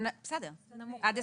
הנמוך ביותר.